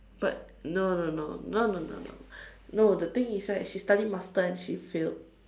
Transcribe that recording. but no no no no no no no but the thing is right she studied master and she failed